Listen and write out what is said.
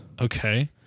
Okay